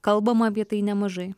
kalbama apie tai nemažai